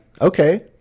Okay